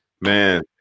Man